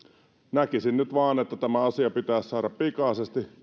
näkisin nyt vain että tämä asia pitäisi saada pikaisesti